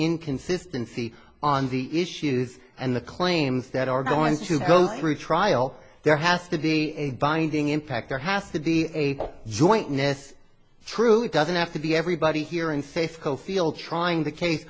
inconsistency on the issues and the claims that are going to go through trial there has to be a binding impact there has to be a truly doesn't have to be everybody here in safeco field trying the case